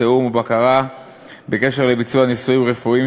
תיאום ובקרה בקשר לביצוע ניסויים רפואיים,